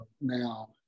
now